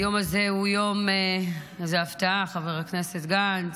היום הזה הוא יום, איזו הפתעה, חבר הכנסת גנץ,